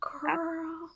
girl